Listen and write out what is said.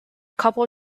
couple